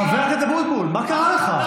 חבר הכנסת דוידסון, תודה.